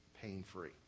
pain-free